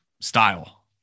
style